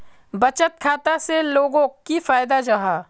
बचत खाता से लोगोक की फायदा जाहा?